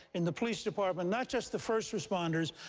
in the police department, not just the first responders,